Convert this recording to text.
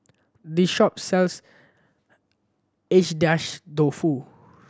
this shop sells Agedashi Dofu